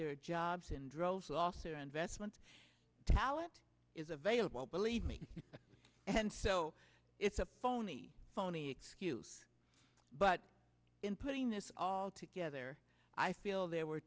their jobs in droves also investments talent is available believe me and so it's a phony phony excuse but in putting this all together i feel there were